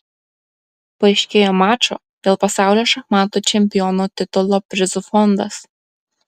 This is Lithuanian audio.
paaiškėjo mačo dėl pasaulio šachmatų čempiono titulo prizų fondas